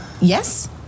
Yes